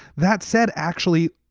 that said, actually,